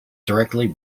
directly